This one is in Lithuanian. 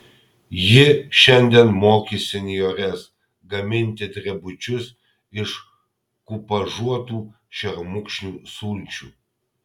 ji šiandien mokys senjores gaminti drebučius iš kupažuotų šermukšnių sulčių